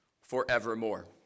forevermore